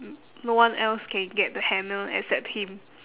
no one else can get the hammer except him